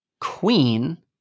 queen